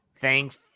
Thanks